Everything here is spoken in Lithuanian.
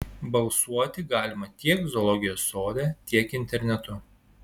balsuoti galima tiek zoologijos sode tiek internetu